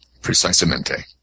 Precisamente